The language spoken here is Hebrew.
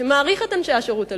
שמעריך את אנשי השירות הלאומי,